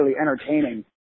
entertaining